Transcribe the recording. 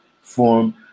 form